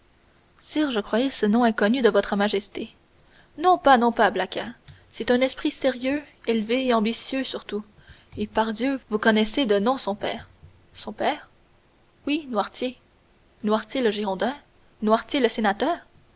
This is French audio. sire je croyais ce nom inconnu de votre majesté non pas non pas blacas c'est un esprit sérieux élevé ambitieux surtout et pardieu vous connaissez de nom son père son père oui noirtier noirtier le girondin noirtier le sénateur